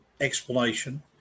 explanation